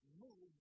move